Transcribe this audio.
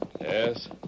Yes